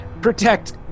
protect